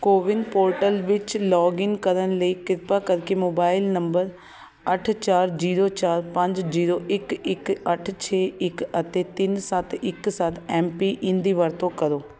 CoWIN portal ਵਿੱਚ login ਕਰਨ ਲਈ ਕਿਰਪਾ ਕਰਕੇ ਮੋਬਾਈਲ ਨੰਬਰ ਅੱਠ ਚਾਰ ਜੀਰੋ ਚਾਰ ਪੰਜ ਜੀਰੋ ਇੱਕ ਇੱਕ ਅੱਠ ਛੇ ਇੱਕ ਅਤੇ ਤਿੰਨ ਸੱਤ ਇੱਕ ਸੱਤ ਐੱਮਪੀਇੰਨ ਦੀ ਵਰਤੋਂ ਕਰੋ